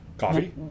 Coffee